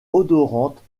odorantes